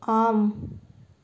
ஆம்